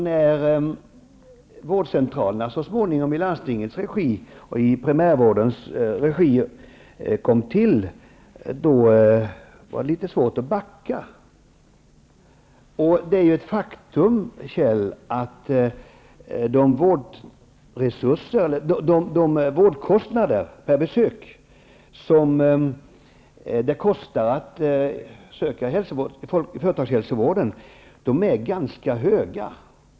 När vårdcentralerna så småningom kom till i landstingens och i primärvårdens regi, var det litet svårt att backa. Det är ett faktum, Kjell Nilsson, att kostnaden per besök inom företagshälsovården är ganska hög.